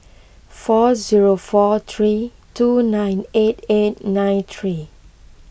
four zero four three two nine eight eight nine three